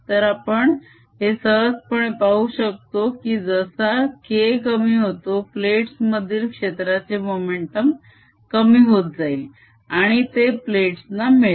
तर आपण हे सहजपणे पाहू शकतो की जसा K कमी होतो प्लेट्स मधील क्षेत्राचे मोमेंटम कमी होत जाईल आणि ते प्लेट्स ना मिळेल